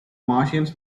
martians